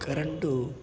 current